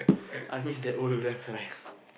I miss that old that old ref rice